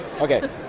Okay